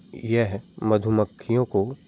यह मधुमक्खियों को